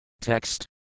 Text